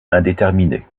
indéterminée